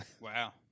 Wow